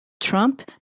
trump